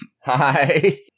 Hi